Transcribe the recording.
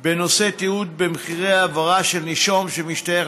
בנושא תיעוד במחירי העברה של נישום שמשתייך